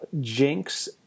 Jinx